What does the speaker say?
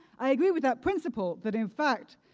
i agree with that principle, that in fact,